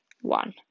one